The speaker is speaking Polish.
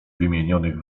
wymienionych